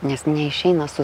nes neišeina su